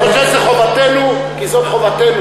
אני חושב שזו חובתנו כי זאת חובתנו,